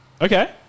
okay